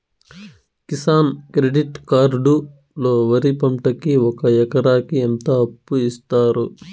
Kisan credit card లో వరి పంటకి ఒక ఎకరాకి ఎంత అప్పు ఇస్తారు?